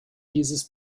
dieses